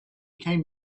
came